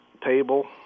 table